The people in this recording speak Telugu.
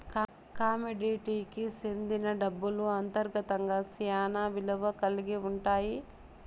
కమోడిటీకి సెందిన డబ్బులు అంతర్గతంగా శ్యానా విలువ కల్గి ఉంటాయి